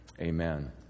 amen